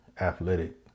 Athletic